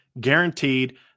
guaranteed